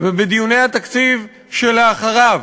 ובדיוני התקציב שלאחריו,